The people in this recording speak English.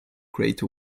create